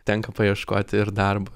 tenka paieškoti ir darbo